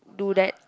do that